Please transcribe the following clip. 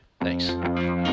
thanks